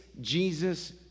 Jesus